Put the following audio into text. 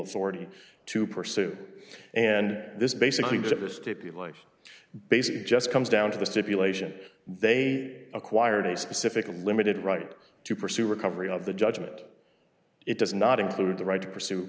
authority to pursue and this basically does have a stipulation basically it just comes down to the stipulation they acquired a specific limited right to pursue recovery of the judgment it does not include the right to pursue